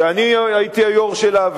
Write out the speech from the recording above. שאני הייתי היושב-ראש שלה,